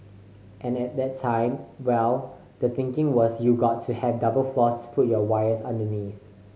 and at that time well the thinking was you got to have double floors to put your wires underneath